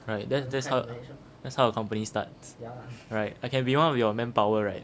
right that's how that's how a company starts right I can be one of your manpower right